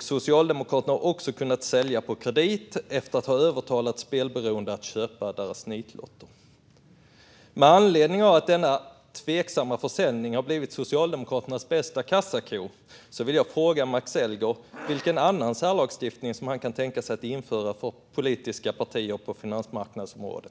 Socialdemokraterna har också kunnat sälja på kredit efter att ha övertalat spelberoende att köpa deras nitlotter. Med anledning av att denna tveksamma försäljning har blivit Socialdemokraternas bästa kassako vill jag fråga Max Elger vilken annan särlagstiftning han kan tänka sig att införa för politiska partier på finansmarknadsområdet.